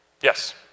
yes